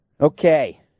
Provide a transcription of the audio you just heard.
Okay